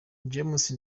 james